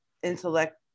intellect